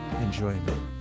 enjoyment